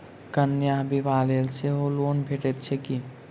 कन्याक बियाह लेल सेहो लोन भेटैत छैक की?